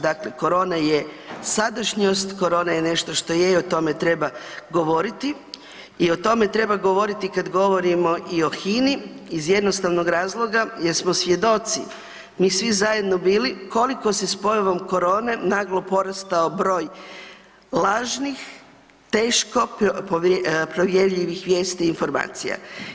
Dakle, korona je sadašnjost, korona je nešto što je i o tome treba govoriti i o tome treba govoriti kad govorimo i o Hini iz jednostavnog razloga gdje smo svjedoci mi svi zajedno bili, koliko se s pojavom korone, naglo porastao broj lažnih, teško provjerljivih vijesti i informacija.